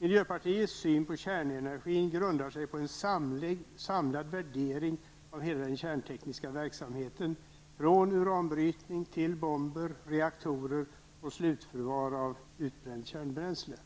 Miljöpartiets syn på kärnenergin grundar sig på en samlad värdering av hela den kärntekniska verksamheten, från uranbrytning till bomber, reaktorer och slutförvar av utbränt kärnkraftbränsle.